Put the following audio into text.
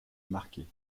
marqués